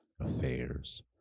affairs